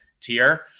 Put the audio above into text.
tier